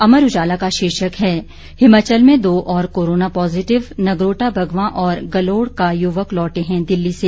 अमर उजाला का शीर्षक है हिमाचल में दो और कोरोना पॉजिटिव नगरोटा बंगवा और गलोड़ का युवक लौटे हैं दिल्ली से